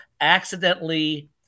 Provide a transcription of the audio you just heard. accidentally